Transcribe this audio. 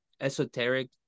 esoteric